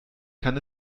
kann